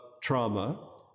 trauma